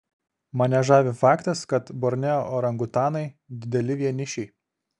mane žavi faktas kad borneo orangutanai dideli vienišiai